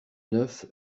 neuf